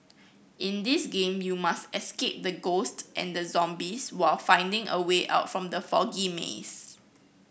in this game you must escape the ghost and zombies while finding a way out from the foggy maze